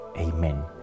Amen